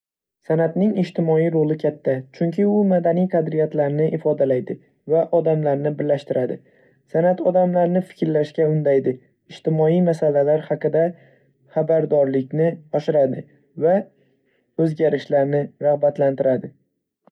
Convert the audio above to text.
San'atning ijtimoiy roli katta, chunki u madaniy qadriyatlarni ifodalaydi va odamlarni birlashtiradi. San'at odamlarni fikrlashga undaydi, ijtimoiy masalalar haqida xabardorlikni oshiradi va o‘zgarishlarni rag‘batlantiradi.